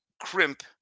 crimp